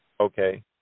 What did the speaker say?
Okay